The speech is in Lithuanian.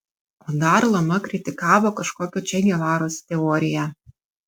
o dar lama kritikavo kažkokio če gevaros teoriją